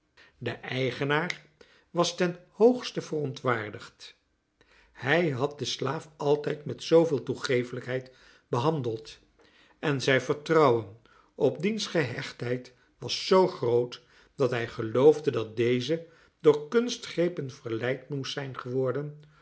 de eigenaar was ten hoogste verontwaardigd hij had den slaaf altijd met zooveel toegeeflijkheid behandeld en zijn vertrouwen op diens gehechtheid was zoo groot dat hij geloofde dat deze door kunstgrepen verleid moest zijn geworden